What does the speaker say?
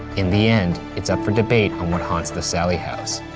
in the end, it's up for debate on what haunts the sallie house.